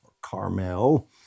Carmel